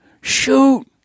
shoot